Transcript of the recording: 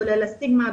כולל הסטיגמה,